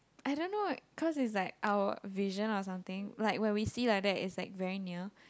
I don't know cause it's like our vision or something like when we see like that is like very near